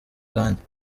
kanjye